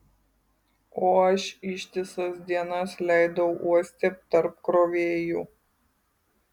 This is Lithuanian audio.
o aš ištisas dienas leidau uoste tarp krovėjų